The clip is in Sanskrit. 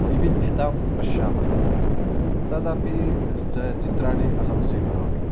वैविध्यतां पश्यामः तदपि स् चित्राणि अहं स्वीकरोमि